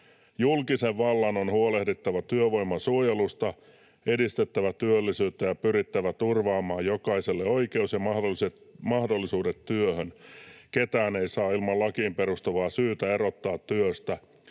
Julkisen vallan on huolehdittava työvoiman suojelusta, edistettävä työllisyyttä ja pyrittävä turvaamaan jokaiselle oikeus ja mahdollisuudet työhön. Ketään ei saa ilman lakiin perustuvaa syytä erottaa työstä.